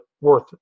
worth